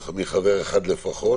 מחבר אחד לפחות.